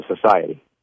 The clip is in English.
society